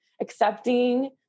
accepting